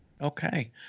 Okay